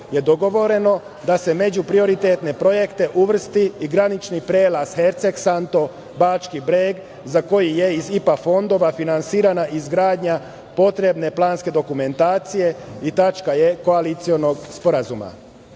je dogovoreno da se među prioritetne projekte uvrsti i granični prelaz Hercegsanto-Bački Breg, za koji je iz IPA fondova finansirana izgradnja potrebne planske dokumentacije i tačka je koalicionog sporazuma. Takođe,